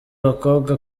bakobwa